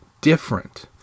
different